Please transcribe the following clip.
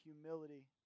humility